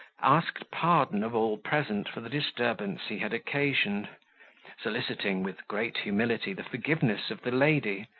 asked pardon of all present for the disturbance he had occasioned soliciting, with great humility, the forgiveness of the lady,